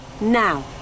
Now